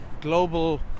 global